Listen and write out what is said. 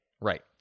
Right